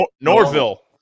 norville